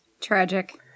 Tragic